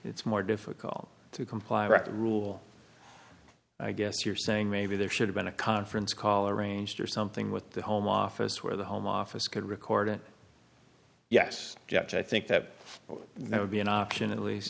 it's more difficult to comply or act rule i guess you're saying maybe there should have been a conference call arranged or something with the home office where the home office could record it yes yes i think that but that would be an option at least